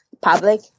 public